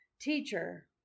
Teacher